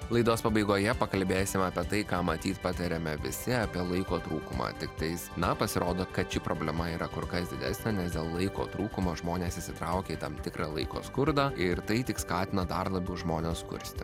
laidos pabaigoje pakalbėsim apie tai ką matyt patiriame visi apie laiko trūkumą tiktais na pasirodo kad ši problema yra kur kas didesnė nes dėl laiko trūkumo žmonės įsitraukia į tam tikrą laiko skurdą ir tai tik skatina dar labiau žmones skursti